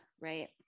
Right